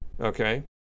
okay